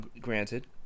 granted